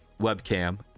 webcam